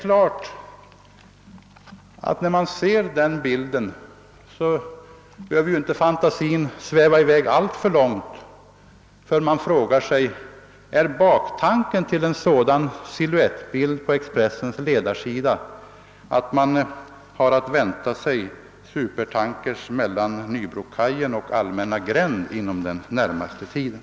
Då man ser den bilden behöver ju fantasin inte sväva i väg alltför långt förrän man frågar sig: Är baktanken till en sådan silhuettbild på Expressens ledarsida att man har att vänta sig supertankers mellan Nybrokajen och Allmänna gränd inom den närmaste tiden?